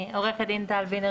עורכת דין טל וינר